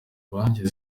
banki